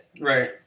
Right